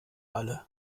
alle